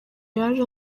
yaje